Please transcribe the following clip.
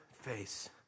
face